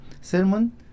sermon